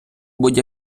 будь